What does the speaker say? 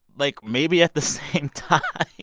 like, maybe at the same time,